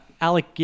Alec